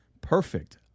perfect